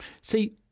See